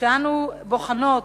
כשאנו בוחנות